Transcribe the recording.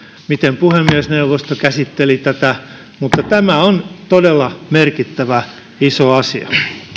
miten puhemiesneuvosto käsitteli tätä mutta tämä on todella merkittävä iso asia